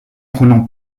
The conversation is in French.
prenant